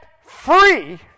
free